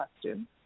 question